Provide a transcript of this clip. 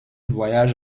voyage